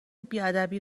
بیادبی